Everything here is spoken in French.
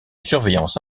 surveillance